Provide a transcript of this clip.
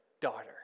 daughter